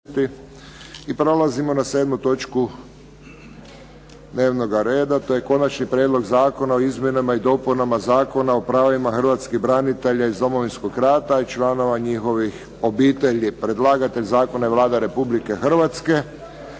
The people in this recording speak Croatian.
I prelazimo na 7. točku dnevnoga reda. To je - Konačni prijedlog zakona o izmjenama i dopunama Zakona o pravima Hrvatskih branitelja iz Domovinskog rata i članova njihovih obitelji, hitni postupak, prvo i drugo čitanje,